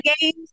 games